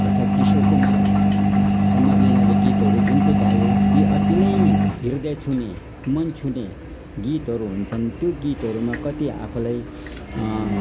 अर्थात् किशोर कुमारसम्मका यिनीहरूले गीतहरू जुन चाहिँ गाए ती अति नै हृदय छुने मन छुने गीतहरू हुन्छन् त्यो गीतहरूमा कति आफूलाई